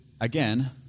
again